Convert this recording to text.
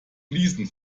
fliesen